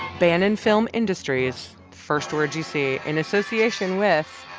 bannon film industries first words you see in association with